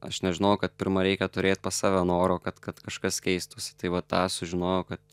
aš nežinojau kad pirma reikia turėt pas save noro kad kad kažkas keistųsi tai va tą sužinojau kad